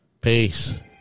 Peace